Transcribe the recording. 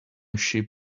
ship